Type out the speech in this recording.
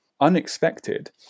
unexpected